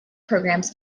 programs